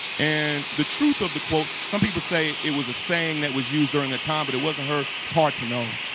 and the truth of the quote, some people say it was a saying that was used during that time but it wasn't her. it's hard to know.